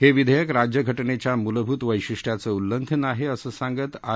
हविधर्मक राज्यघटनच्या मूलभूत वैशिष्ट्यचं उल्लघंन आह असं सांगत आर